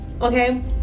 okay